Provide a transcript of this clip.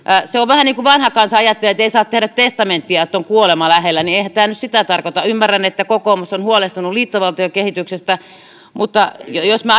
se on vähän niin kuin vanha kansa ajattelee että ei saa tehdä testamenttia tai on kuolema lähellä eihän tämä nyt sitä tarkoita ymmärrän että kokoomus on huolestunut liittovaltiokehityksestä mutta me